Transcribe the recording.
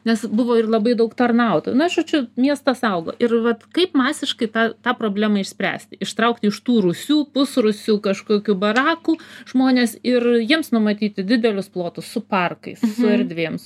nes buvo ir labai daug tarnautų na žodžiu miestas augo ir vat kaip masiškai tą tą problemą išspręsti ištraukti iš tų rūsių pusrūsių kažkokių barakų žmones ir jiems numatyti didelius plotus su parkais su erdvėms